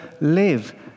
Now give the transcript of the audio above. live